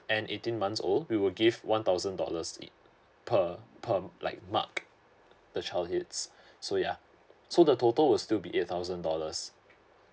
and eighteen months old we will give one thousand dollars it per per um like mark the child hits so yeah so the total will still be eight thousand dollars